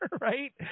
right